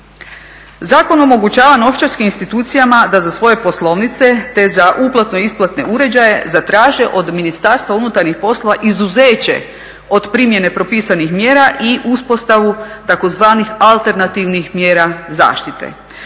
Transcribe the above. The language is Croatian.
Zakon omogućava novčarskim institucijama da za svoje poslovnice te za uplatno-isplatne uređaje zatraže od Ministarstva unutarnjih poslova izuzeće od primjene propisanih mjera i uspostavu tzv. alternativnih mjera zaštite.